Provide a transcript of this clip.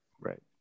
right